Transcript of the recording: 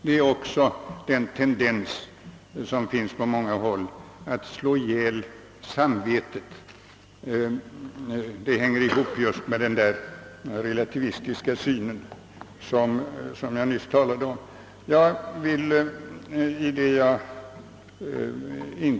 På många håll finns också den där tendensen att slå ihjäl samvetet, vilken hänger ihop med den relativistiska syn jag talat om.